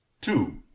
two